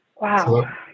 Wow